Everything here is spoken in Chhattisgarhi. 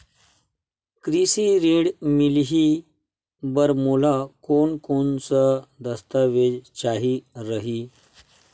कृषि ऋण मिलही बर मोला कोन कोन स दस्तावेज चाही रही?